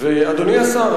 אדוני השר,